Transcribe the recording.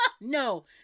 No